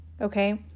Okay